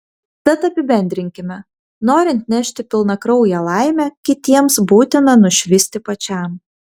tad apibendrinkime norint nešti pilnakrauję laimę kitiems būtina nušvisti pačiam